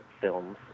films